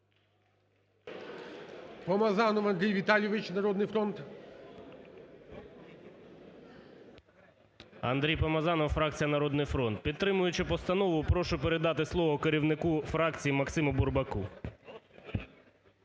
Підтримуючи постанову, прошу передати слово керівнику фракції Максиму Бурбаку.